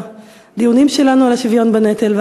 בדיונים שלנו על השוויון בנטל,